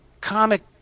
comic